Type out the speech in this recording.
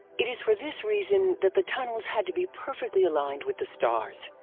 it is for this reason that the tunnels had to be perfectly aligned with the stars.